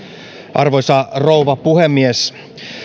arvoisa rouva puhemies